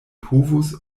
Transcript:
povus